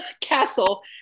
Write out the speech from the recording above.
castle